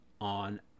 on